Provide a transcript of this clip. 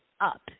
up